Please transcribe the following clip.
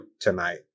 tonight